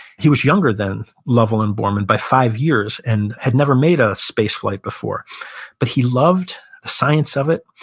he was younger than lovell and borman by five years, and had never made a space flight before but he loved the science of it.